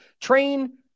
train